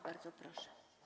Bardzo proszę.